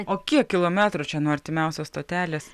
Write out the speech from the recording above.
o kiek kilometrų čia nuo artimiausios stotelės